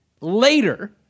later